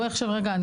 בואי עכשיו רגע,